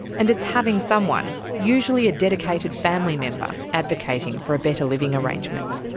and it's having someone, usually a dedicated family member, advocating for a better living arrangement.